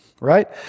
right